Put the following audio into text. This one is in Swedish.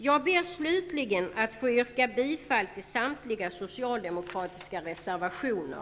Jag ber slutligen att få yrka bifall till samtliga socialdemokratiska reservationer.